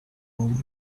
woman